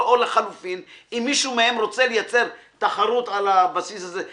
או לחילופין - אם מישהו מהם רוצה לייצר תחרות על הבסיס הזה,